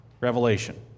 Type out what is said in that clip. Revelation